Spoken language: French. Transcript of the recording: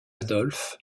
adolphe